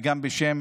וגם בשם